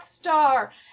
Star